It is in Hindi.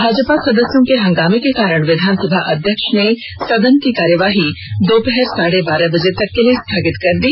भाजपा सदस्यों के हंगामे के कारण विधानसभा अध्यक्ष ने सदन की कार्यवाही को दोपहर साढ़े बारह बजे तक के लिए स्थगित कर दी